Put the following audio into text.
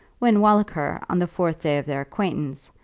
when walliker, on the fourth day of their acquaintance,